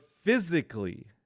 physically